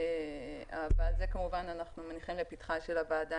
אבל את זה אנחנו מניחים לפתחה של הוועדה,